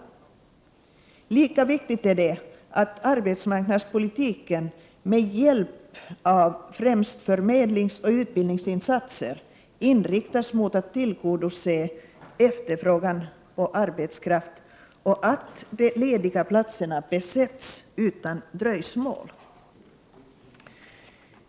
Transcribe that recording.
Det är lika viktigt att arbetsmarknadspolitiken — med hjälp av främst förmedlingsoch utbildningsinsatser — inriktas mot att tillgodose efterfrågan på arbetskraft och att de lediga platserna besätts utan dröjsmål.